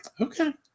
Okay